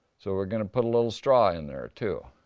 so we're gonna put a little straw in there too.